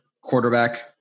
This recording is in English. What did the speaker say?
quarterback